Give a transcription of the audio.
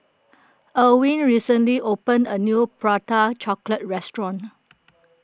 Elwyn recently opened a new Prata Chocolate restaurant